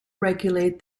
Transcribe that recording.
regulate